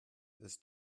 ist